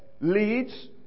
leads